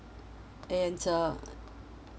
and uh